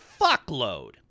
fuckload